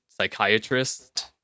psychiatrist